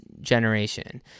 generation